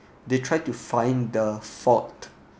they tried to find the fault